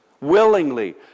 willingly